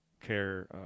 care